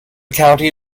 county